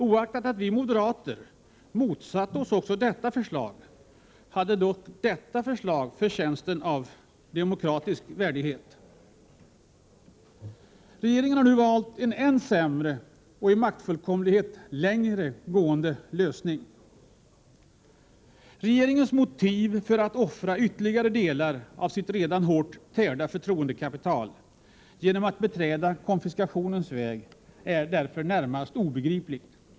Oaktat att vi moderater motsatte oss också detta förslag hade förslaget ändå demokratisk värdighet. Regeringen har nu valt en ännu sämre och i maktfullkomlighet längre gående lösning. Regeringens motiv för att offra ytterligare delar av sitt redan hårt tärda förtroendekapital genom att beträda konfiskationens väg är närmast obegripligt.